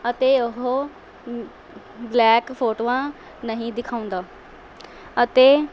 ਅਤੇ ਉਹ ਬਲੈਕ ਫੋਟੋਆਂ ਨਹੀਂ ਦਿਖਾਉਂਦਾ ਅਤੇ